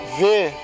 ver